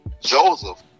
Joseph